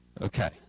Okay